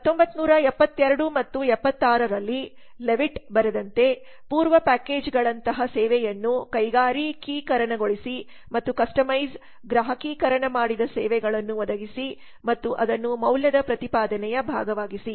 1972 ಮತ್ತು 76 ರಲ್ಲಿ ಲೆವಿಟ್ ಬರೆದಂತೆ ಪೂರ್ವ ಪ್ಯಾಕೇಜ್ ಗಳಂತಹ ಸೇವೆಯನ್ನು ಕೈಗಾರಿಕೀಕರಣಗೊಳಿಸಿ ಮತ್ತು ಕಸ್ಟಮೈಸ್ಗ್ರಾಹಕೀಕರಣ ಮಾಡಿದ ಸೇವೆಗಳನ್ನು ಒದಗಿಸಿ ಮತ್ತು ಅದನ್ನು ಮೌಲ್ಯದ ಪ್ರತಿಪಾದನೆಯ ಭಾಗವಾಗಿಸಿ